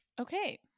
okay